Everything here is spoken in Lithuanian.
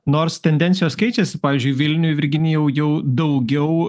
nors tendencijos keičiasi pavyzdžiui vilniuj virginijau jau daugiau